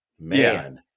man